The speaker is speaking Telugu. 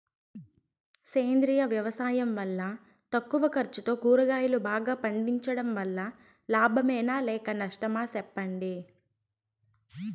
సేంద్రియ వ్యవసాయం వల్ల తక్కువ ఖర్చుతో కూరగాయలు బాగా పండించడం వల్ల లాభమేనా లేక నష్టమా సెప్పండి